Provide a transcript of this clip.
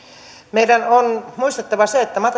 meidän on muistettava se että